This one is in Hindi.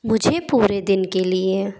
मुझे पूरे दिन के लिए